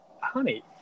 honey